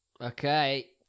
Okay